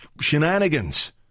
shenanigans